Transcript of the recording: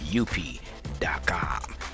up.com